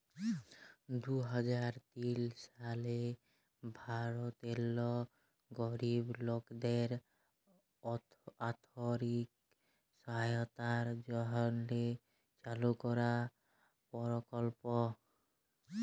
দু হাজার তিল সালে ভারতেল্লে গরিব লকদের আথ্থিক সহায়তার জ্যনহে চালু করা পরকল্প